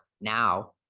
Now